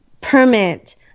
permit